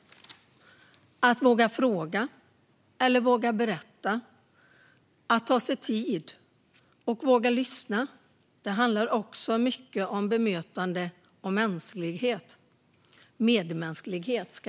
Det handlar om att våga fråga eller att våga berätta, att ta sig tid och våga lyssna. Det handlar också mycket om bemötande och medmänsklighet.